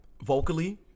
vocally